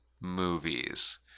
movies